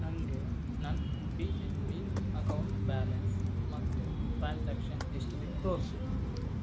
ನನಗೆ ನನ್ನ P N B account balance ಮತ್ತು ಟ್ರಾನ್ಸಾಕ್ಷನ್ ಹಿಸ್ಟರಿ ತೋರಿಸು